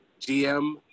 GM